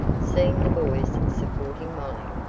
seeing the boys supporting molly.